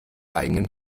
eigenen